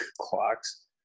clocks